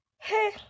hey